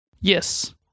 Yes